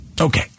Okay